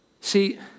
See